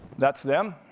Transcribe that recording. that's them,